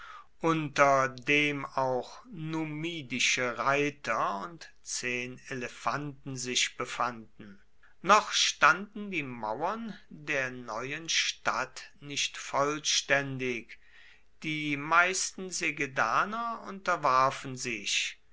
unter dem auch numidische reiter und zehn elefanten sich befanden noch standen die mauern der neuen stadt nicht vollständig die meisten segedaner unterwarfen sich